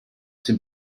dem